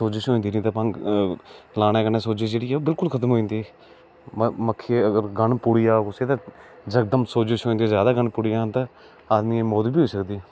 भंग जेह्की ऐ उसदे लाने कन्नै सूजश जेह्ड़ी ऐ ओह् बिल्कुल खत्म होई जंदी मक्खी दा अगर गन पुड़ी जा कुसै गी ते यकदम सौजश होई जंदी अगर जादा गन पुड़ी जंदा आदमी दी मौत बी होई सकदी